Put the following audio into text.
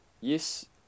yes